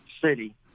city